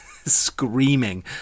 Screaming